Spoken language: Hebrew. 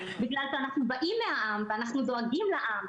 בגלל שאנחנו באים מהעם ואנחנו דואגים לעם,